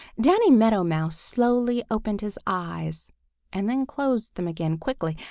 danny meadow mouse slowly opened his eyes and then closed them again quickly,